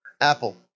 apple